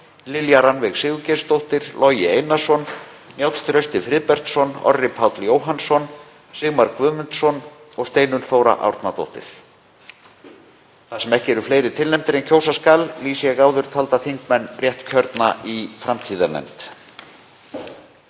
Lilja Rannveig Sigurgeirsdóttir, Logi Einarsson, Njáll Trausti Friðbertsson, Orri Páll Jóhannsson, Sigmar Guðmundsson og Steinunn Þóra Árnadóttir. Þar sem ekki eru fleiri tilnefndir en kjósa skal lýsi ég áður talda þingmenn réttkjörna í framtíðarnefnd.